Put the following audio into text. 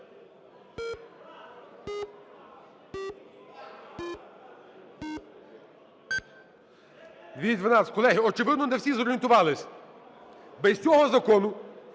За-212 Колеги, очевидно, не всі зорієнтувались. Без цього закону